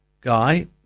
guy